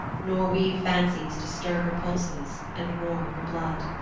nor weave fancies to stir her pulses and warm her blood.